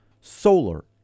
Solar